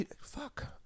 fuck